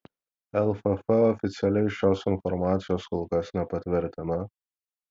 lff oficialiai šios informacijos kol kas nepatvirtina